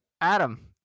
Adam